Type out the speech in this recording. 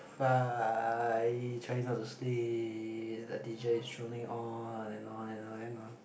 trying not to sleep the teacher is droning on and on and on and on